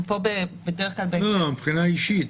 מבחינה אישית.